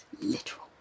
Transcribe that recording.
Literal